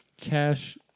cash